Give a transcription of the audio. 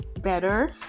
better